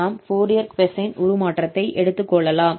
நாம் Fourier cosine உருமாற்றத்தை எடுத்துக்கொள்ளலாம்